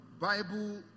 Bible